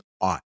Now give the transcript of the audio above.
ought